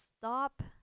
stop